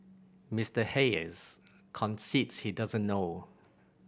Mister Hayes concedes he doesn't know